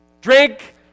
drink